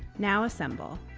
now, assemble.